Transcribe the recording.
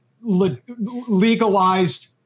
legalized